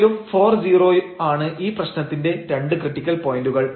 00 ലും 40 ആണ് ഈ പ്രശ്നത്തിന്റെ രണ്ട് ക്രിട്ടിക്കൽ പോയന്റുകൾ